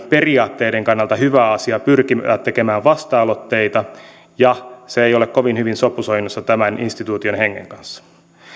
periaatteiden kannalta hyvä asia pyrkiä tekemään vasta aloitteita eikä se ei ole kovin hyvin sopusoinnussa tämän instituution hengen kanssa